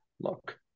look